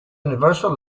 universal